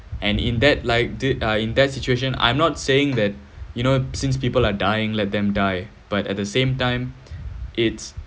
and in that like did uh in that situation I'm not saying that you know since people are dying let them die but at the same time it's